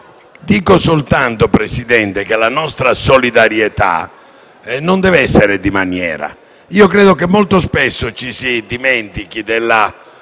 Dico soltanto, signor Presidente, che la nostra solidarietà non deve essere di maniera. Io credo che molto spesso ci si dimentichi della